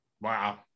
Wow